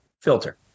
filter